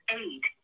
eight